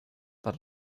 per